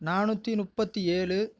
நானூற்றி முப்பத்தி ஏழு